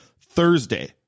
Thursday